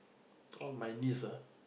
all my niece ah